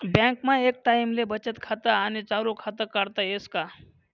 बँकमा एक टाईमले बचत खातं आणि चालू खातं काढता येस का?